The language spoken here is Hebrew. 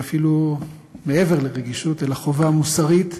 ואפילו מעבר לרגישות אלא חובה מוסרית,